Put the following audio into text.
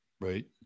right